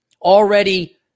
Already